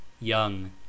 young